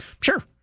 Sure